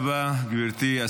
תודה רבה, גברתי.